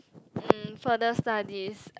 mm further studies